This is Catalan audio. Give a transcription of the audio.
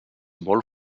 molt